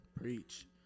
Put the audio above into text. preach